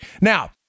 now